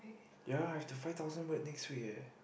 ya I have the five thousand word next week eh